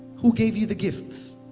who gave you the gifts?